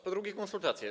Po drugie, konsultacje.